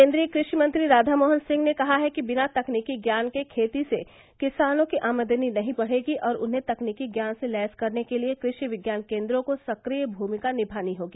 केंद्रीय कृषि मंत्री राधा मोहन सिंह ने कहा है विना तकनीकी ज्ञान के खेती से किसानों की आमदनी नहीं बढ़ेगी और उन्हें तकनीकी ज्ञान से लैस करने के लिए कृषि विज्ञान केंद्रों को सक्रिय भूमिका निभानी होगी